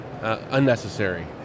unnecessary